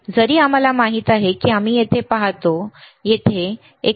जरी आम्हाला माहित आहे की आम्ही येथे पाहतो येथे 49